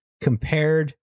compared